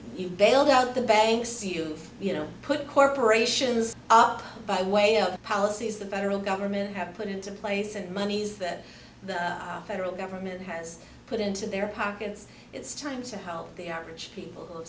you bailed out the banks you you know put corporations up by way of the policies the federal government have put into place and moneys that the federal government has put into their pockets it's time to help the average people